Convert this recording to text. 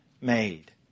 made